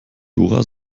dora